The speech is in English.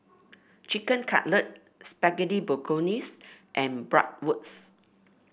Chicken Cutlet Spaghetti Bolognese and Bratwurst